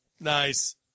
Nice